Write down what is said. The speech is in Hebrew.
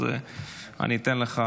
אז אתן לך,